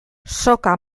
soka